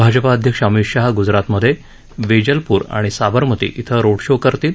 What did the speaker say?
भाजपा अध्यक्ष अमित शहा गुजरातमधे वेजलपुर आणि साबरमती इं रोड शो करतील